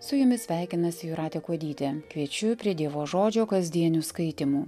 su jumis sveikinasi jūratė kuodytė kviečiu prie dievo žodžio kasdienių skaitymų